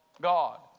God